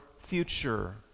future